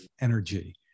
Energy